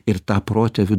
ir ta protėvių